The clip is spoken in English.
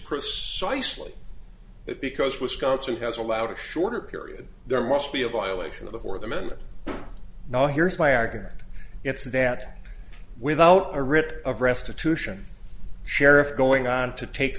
precisely that because wisconsin has allowed a shorter period there must be a violation of the fourth amendment now here's my argument it's that without a writ of restitution sheriff going on to take